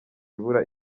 ibura